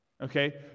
Okay